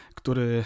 który